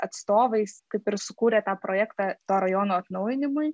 atstovais kaip ir sukūrė tą projektą to rajono atnaujinimui